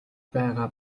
байгаа